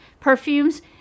perfumes